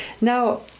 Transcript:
Now